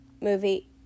movie